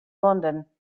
london